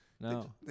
no